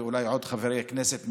ואולי עוד חברי כנסת,